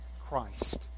Christ